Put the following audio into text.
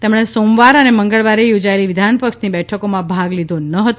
તેમણે સોમવાર અને મંગળવારે યોજાયેલી વિધાનપક્ષની બેઠકોમાં ભાગ લીધો ન હતો